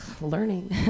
learning